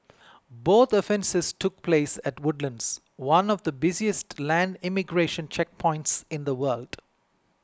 both offences took place at Woodlands one of the busiest land immigration checkpoints in the world